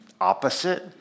opposite